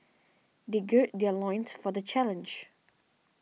they gird their loins for the challenge